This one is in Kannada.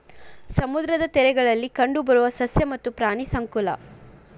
ಸಮುದ್ರದ ತೇರಗಳಲ್ಲಿ ಕಂಡಬರು ಸಸ್ಯ ಮತ್ತ ಪ್ರಾಣಿ ಸಂಕುಲಾ